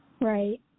Right